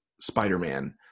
Spider-Man